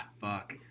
fuck